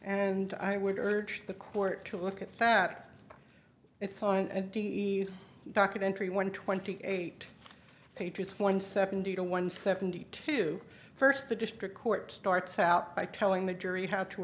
and i would urge the court to look at that it's on and he documentary one twenty eight patriots one seventy to one seventy two first the district court starts out by telling the jury how to